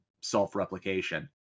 self-replication